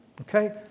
Okay